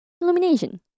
illumination